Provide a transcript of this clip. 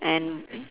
and